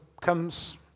comes